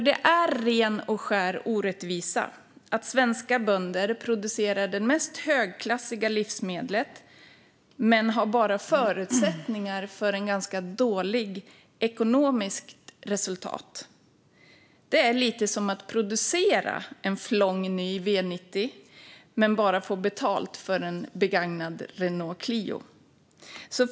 Det är ren och skär orättvisa att svenska bönder producerar de mest högklassiga livsmedlen men bara har förutsättningar för ett ganska dåligt ekonomiskt resultat. Det är lite som att producera en flång ny V90 men bara få betalt för en begagnad Renault Clio.